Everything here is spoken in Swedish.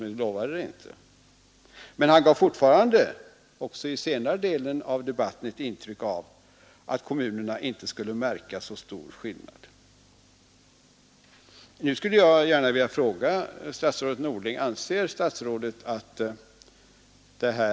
Men han gav Nr 137 fortfarande och även i den senare delen av debatten ett intryck av att Måndagen den kommunerna inte skulle märka så stor skillnad. 11 december 1972 Nu skulle jag gärna vilja fråga statsrådet Norling, om han anser att AR FRE ö lean fed lind ur 5 Ang.